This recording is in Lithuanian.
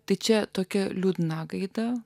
tai čia tokia liūdna gaida